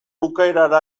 bukaerara